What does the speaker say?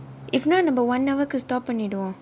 if not நம்ம:namma one hour க்கு:kku stop பண்ணிடுவோமா:panniduvomaa